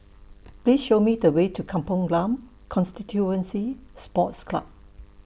Please Show Me The Way to Kampong Glam Constituency Sports Club